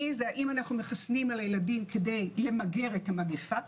זה האם אנחנו מחסנים את הילדים כדי למגר את המגפה,